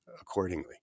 accordingly